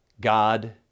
God